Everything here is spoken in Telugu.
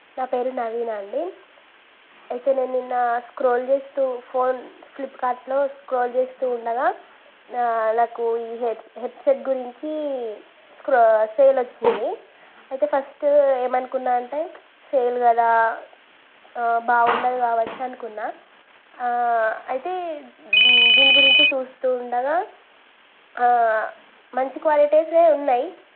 నా పేరు నవీన అండి అయితే నేను నిన్న స్క్రోల్ చేస్తూ ఫోన్ ఫ్లిప్కార్ట్లో స్క్రోల్ చేస్తూ ఉండగా నాకు ఈ హెడ్ హెడ్సెట్ గురించి స్క్రో సేల్ వచ్చింది అయితే ఫస్ట్ ఏమనుకున్నా అంటే సేల్ కదా బాగుండదు కావచ్చు అనుకున్న అయితే దీని గురించి చూస్తూ ఉండగా మంచి క్వాలిటీసే ఉన్నాయి